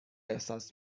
احساس